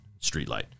streetlight